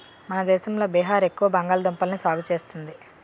మన దేశంలో బీహార్ ఎక్కువ బంగాళదుంపల్ని సాగు చేస్తుంది